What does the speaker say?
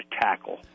tackle